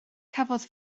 cafodd